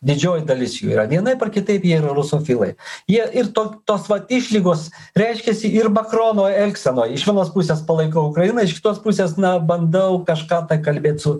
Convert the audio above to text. didžioji dalis jų yra vienaip ar kitaip jie ir rusofilai jie ir to tos va išlygos reiškiasi ir makrono elgsenoj iš vienos pusės palaikau ukrainą iš kitos pusės na bandau kažką kalbėt su